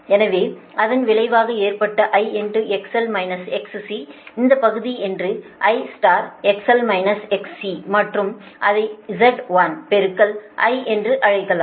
எனவே அதன் விளைவாக ஏற்பட்ட I XL - XC இந்த பகுதி என்று I XL - XC மற்றும் அதை Z1 பெருக்கல் I என்று அழைக்கலாம்